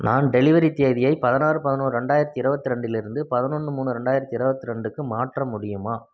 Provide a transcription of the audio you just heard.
நான் டெலிவரி தேதியை பதினாறு பதினொரு ரெண்டாயிரத்தி இருபத்தி ரெண்டிலிருந்து பதினொன்னு மூணு ரெண்டாயிரத்தி இருபத்தி ரெண்டுக்கு மாற்ற முடியுமா